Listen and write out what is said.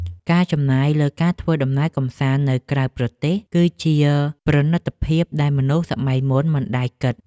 ការចំណាយលើការធ្វើដំណើរកម្សាន្តទៅក្រៅប្រទេស គឺជាប្រណីតភាពដែលមនុស្សសម័យមុនមិនដែលគិតដល់។